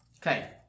Okay